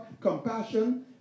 compassion